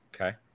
Okay